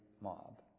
mob